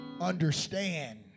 understand